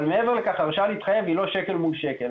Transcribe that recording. מעבר לכך, הרשאה להתחייב היא לא שקל מול שקל.